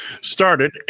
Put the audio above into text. started